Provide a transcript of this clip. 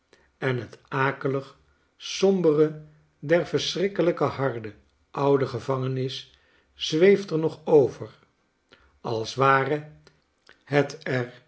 en het akelig sombere der verschrikkelijke harde oude gevangenis zweeft er nog over als ware het